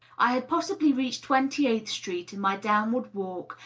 i had pos sibly reached twenty-eighth street, in my downward walk,